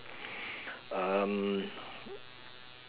um